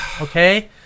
Okay